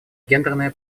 гендерная